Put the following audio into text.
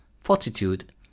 fortitude